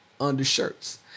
undershirts